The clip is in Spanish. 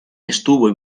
estuvo